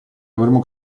avremo